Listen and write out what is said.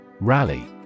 Rally